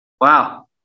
Wow